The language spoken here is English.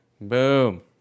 Boom